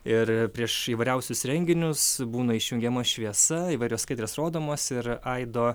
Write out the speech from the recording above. ir prieš įvairiausius renginius būna išjungiama šviesa įvairios skaidrės rodomos ir aido